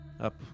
up